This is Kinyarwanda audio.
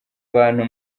abantu